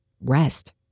rest